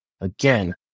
again